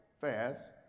fast